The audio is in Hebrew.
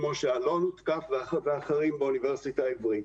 כמו שאלון הותקף ואחרים באוניברסיטה העברית.